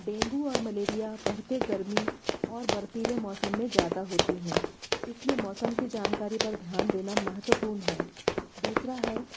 dengue और malaria बढ़ते गर्मी और बर्फ़ीले मौसम में ज़्यादा होती हैं इसलिए मौसम की जानकारी पर ध्यान देना महत्वपूर्ण है दूसरा है